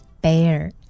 bear